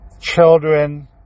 children